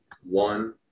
one